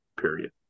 Period